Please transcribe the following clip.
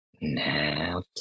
nah